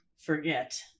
forget